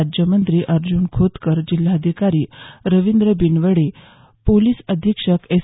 राज्यमंत्री अर्जुन खोतकर जिल्हाधिकारी रवींद्र बिनवडे पोलीस अधीक्षक एस